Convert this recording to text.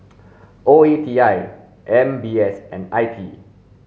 O E T I M B S and I P